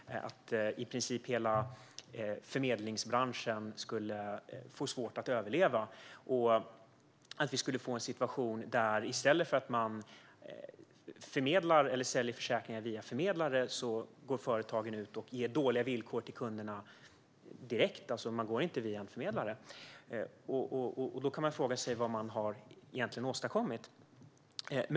I princip skulle hela förmedlingsbranschen få svårt att överleva, och vi skulle få en situation där företagen i stället för att sälja försäkringar via förmedlare går ut och ger dåliga villkor till kunderna direkt - de går alltså inte via förmedlare. Då kan man fråga sig vad man egentligen har åstadkommit.